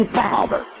father